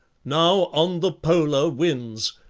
now on the polar winds,